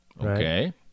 okay